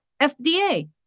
FDA